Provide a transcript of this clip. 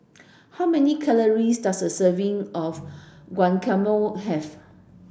how many calories does a serving of Guacamole have